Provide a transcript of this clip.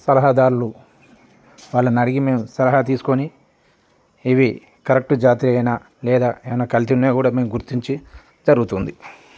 సలహాదారులు వాళ్ళని అడిగి మేము సలహా తీసుకొని ఇవి కరెక్ట్ జాతి అయినా లేదా ఏమైనా కల్తీ ఉన్నా కూడా మేము గుర్తించి జరుగుతుంది